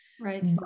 Right